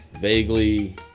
vaguely